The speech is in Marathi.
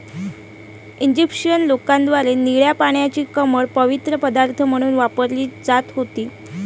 इजिप्शियन लोकांद्वारे निळ्या पाण्याची कमळ पवित्र पदार्थ म्हणून वापरली जात होती